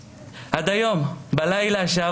חצי שעה אתה ועד היום אין לו חיים,